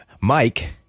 Mike